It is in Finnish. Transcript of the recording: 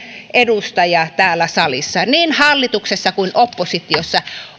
edustaja täällä salissa niin hallituksessa kuin oppositiossa